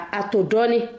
atodoni